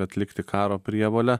atlikti karo prievolę